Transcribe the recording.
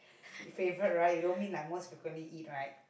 favourite right you don't mean like most frequently eat right